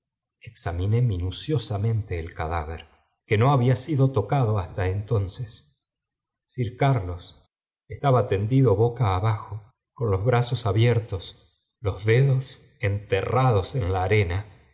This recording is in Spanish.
examiné minuociosamente el cadáver que no había sido tocado abasta entonces sir carlos estaba tendido boca absgo xm los brazos abiertos los dedos enteerrados eijt la arena